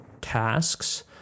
tasks